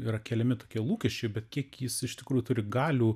yra keliami tokie lūkesčiai bet kiek jis iš tikrųjų turi galių